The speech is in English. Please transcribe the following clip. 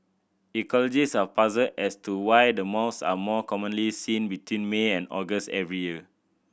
ecologist are puzzled as to why the moths are more commonly seen between May and August every year